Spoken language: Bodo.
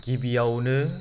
गिबियावनो